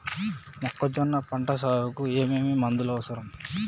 మొక్కజొన్న పంట సాగుకు ఏమేమి మందులు అవసరం?